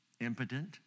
impotent